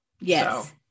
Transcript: Yes